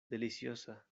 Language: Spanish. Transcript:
deliciosa